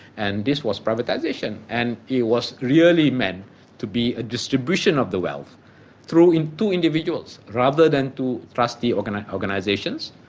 and this was privatisation, and it was really meant to be a distribution of the wealth and to individuals, rather than to trust the kind of organisations,